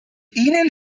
ihnen